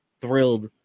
thrilled